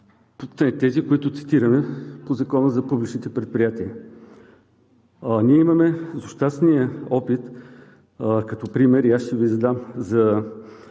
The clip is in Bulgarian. тези, които цитираме по Закона за публичните предприятия. Имаме злощастния опит, като пример ще Ви дам